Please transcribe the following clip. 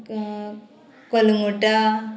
Calangute